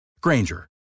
Granger